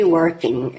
working